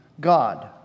God